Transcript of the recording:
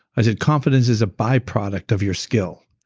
i said, confidence is a byproduct of your skill.